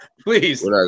Please